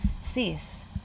cease